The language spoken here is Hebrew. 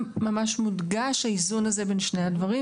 אלה הסדרים חשובים ועקרוניים שצריכים למצוא ביטוי בחוק הכללי.